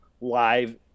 live